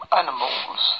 animals